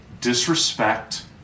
disrespect